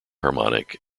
harmonic